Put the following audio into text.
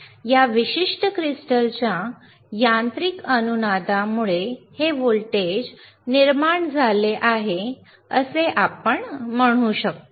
या विशिष्ट क्रिस्टलच्या यांत्रिक अनुनादामुळे हे व्होल्टेज निर्माण झाले आहे असे आपण म्हणू शकतो